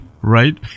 Right